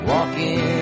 Walking